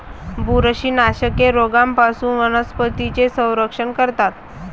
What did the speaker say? बुरशीनाशके रोगांपासून वनस्पतींचे संरक्षण करतात